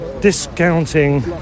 discounting